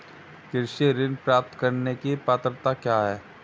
कृषि ऋण प्राप्त करने की पात्रता क्या है?